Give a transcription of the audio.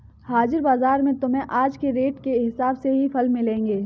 हाजिर बाजार में तुम्हें आज के रेट के हिसाब से ही फल मिलेंगे